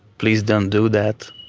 please don't do that.